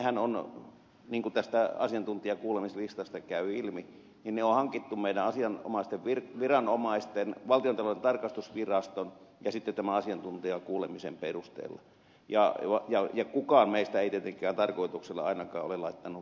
nehän on niin kuin tästä asiantuntijakuulemislistasta käy ilmi hankittu meidän asianomaisten viranomaistemme valtiontalouden tarkastusviraston ja sitten tämän asiantuntijakuulemisen perusteella ja kukaan meistä ei tietenkään tarkoituksella ainakaan ole laittanut väärin